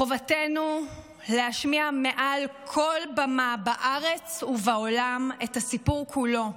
חובתנו להשמיע מעל כל במה בארץ ובעולם את הסיפור כולו.